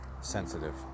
sensitive